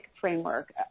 framework